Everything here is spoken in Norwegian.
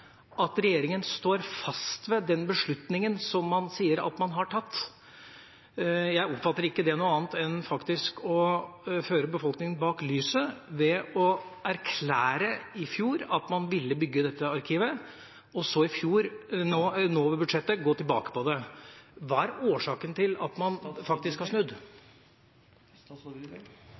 at regjeringen står fast ved den beslutningen som man sier at man har tatt. Jeg oppfatter det ikke som noe annet enn faktisk å føre befolkningen bak lyset når man i fjor erklærte at man ville bygge dette arkivet, for så nå i budsjettet å gå tilbake på det. Hva er årsaken til at man faktisk har snudd?